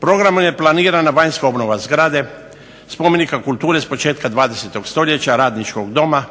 Programom je planirana vanjska obnova zgrade spomenika kulture s početka 20. stoljeća, Radničkog doma